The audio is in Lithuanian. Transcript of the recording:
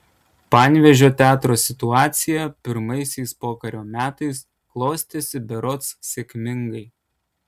panevėžio teatro situacija pirmaisiais pokario metais klostėsi berods sėkmingai